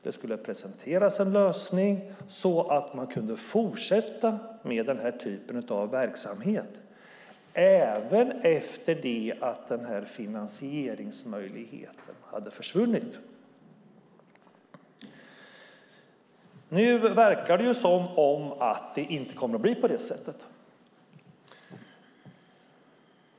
Det skulle presenteras en lösning så att man kunde fortsätta med denna typ av verksamhet även efter att finansieringsmöjligheten försvunnit. Nu verkar det dock som att det inte kommer att bli så.